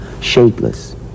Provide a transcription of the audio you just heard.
shapeless